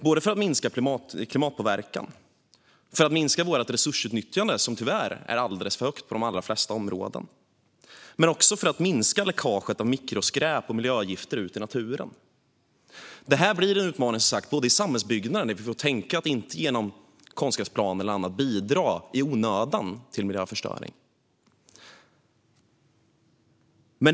Detta för att minska klimatpåverkan och vårt resursutnyttjande, som tyvärr är alldeles för högt på de flesta områden, men också för att minska läckaget av mikroskräp och miljögifter ut i naturen. Det blir en utmaning i samhällsbygget, där vi får tänka på att inte i onödan bidra till miljöförstöring genom konstgräsplaner och annat.